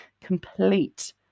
complete